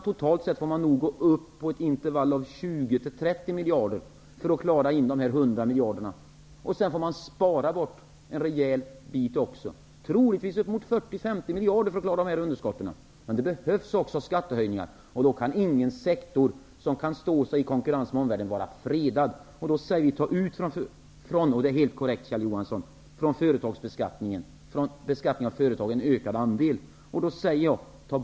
Totalt får man nog ta 20--30 miljarder för att klara dessa 100 miljarder, och sedan får man spara bort en rejäl bit också. Det blir troligtvis uppemot 40-- 50 miljarder för att klara underskotten. Det behövs också skattehöjningar. Då kan ingen sektor som kan stå sig i konkurrens med omvärlden vara fredad. Då säger vi -- det är helt korrekt, Kjell Johansson -- att man skall ta ut en ökad andel vid beskattningen av företag. Ta bort systemet med SURV.